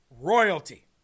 royalty